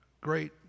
great